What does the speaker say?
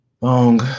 long